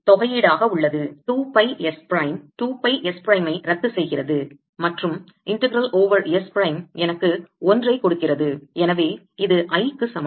2 by S prime 2 by s பிரைமை ரத்து செய்கிறது மற்றும் integral over S பிரைம் எனக்கு 1 ஐ கொடுக்கிறது எனவே இது Iக்கு சமம்